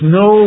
no